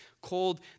cold